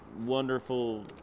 wonderful